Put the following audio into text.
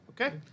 okay